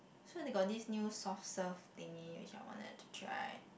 so they got this new soft serve thingy which I wanted to try